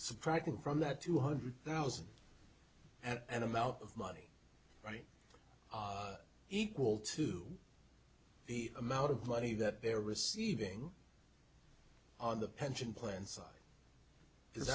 surprising from that two hundred thousand and amount of money right equal to the amount of money that they're receiving on the pension plan side